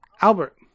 Albert